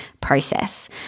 process